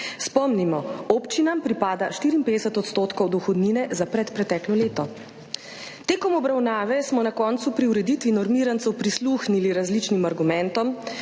Spomnimo, občinam pripada 54 odstotkov dohodnine za predpreteklo leto. Tekom obravnave smo na koncu pri ureditvi normirancev prisluhnili različnim argumentom